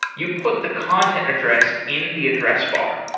you put the content address in the address bar.